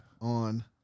On